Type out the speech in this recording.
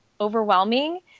overwhelming